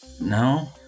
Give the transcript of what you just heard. no